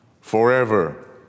forever